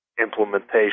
implementation